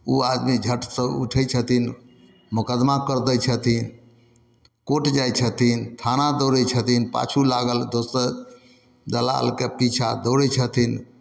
ओ आदमी झटसँ उठै छथिन मोकदमा कर दै छथिन कोर्ट जाइ छथिन थाना दौड़े छथिन पाछू लागल दोसर दलालके पीछा दौड़ै छथिन